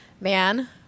man